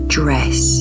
dress